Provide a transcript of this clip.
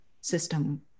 system